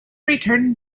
returned